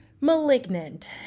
Malignant